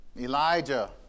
Elijah